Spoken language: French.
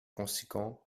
conséquent